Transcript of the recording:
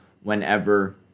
whenever